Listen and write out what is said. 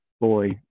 boy